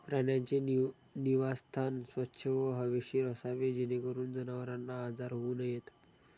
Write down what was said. प्राण्यांचे निवासस्थान स्वच्छ व हवेशीर असावे जेणेकरून जनावरांना आजार होऊ नयेत